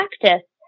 practice